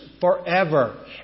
forever